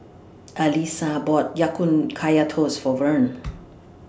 Alysa bought Ya Kun Kaya Toast For Verne